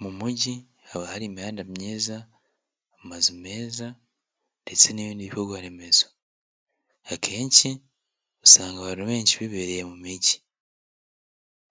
Mu mujyi haba hari imihanda myiza, amazu meza ndetse n'ibindi bikorwa remezo, akenshi usanga abantu benshi bibereye mu mijyi